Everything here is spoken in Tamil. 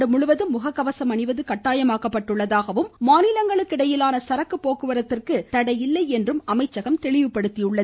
நாடுமுழுவதும் முக கவசம் அணிவது கட்டாயமாக்கப்பட்டுள்ளதாகவும் மாநிலங்களுக்கு இடையிலான சரக்கு போக்குவரத்திற்கு தடையில்லை எனவும் அமைச்சகம் கூறியுள்ளது